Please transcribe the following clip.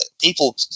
people